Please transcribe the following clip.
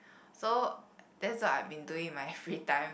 so that's what I've been doing in my free time